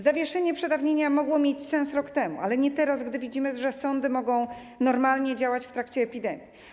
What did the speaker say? Zawieszenie przedawnienia mogło mieć sens rok temu, ale nie teraz, gdy widzimy, że sądy mogą normalnie działać w trakcie epidemii.